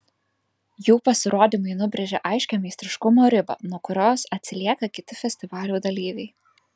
jų pasirodymai nubrėžia aiškią meistriškumo ribą nuo kurios atsilieka kiti festivalių dalyviai